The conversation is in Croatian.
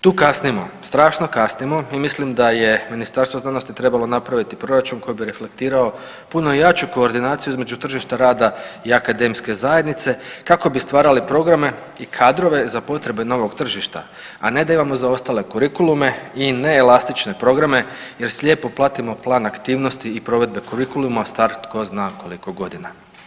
Tu kasnimo, strašno kasnimo i mislim da je Ministarstvo znanosti trebalo napraviti proračun koji bi reflektirao puno jaču koordinaciju između tržišta rada i akademske zajednice kako bi stvarali programe i kadrove za potrebe novog tržišta, a ne da imamo zaostale kurikulume i neelastične programe jer slijepo pratimo plan aktivnosti i provedbe kurikuluma star tko zna koliko godina.